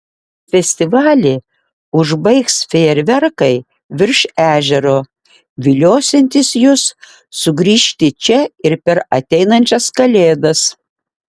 festivalį užbaigs fejerverkai virš ežero viliosiantys jus sugrįžti čia ir per ateinančias kalėdas